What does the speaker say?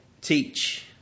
teach